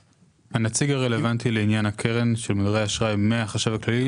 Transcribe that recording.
הנציג הרלוונטי לעניין הקרן של מודרי אשראי מהחשב הכללי,